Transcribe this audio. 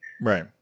right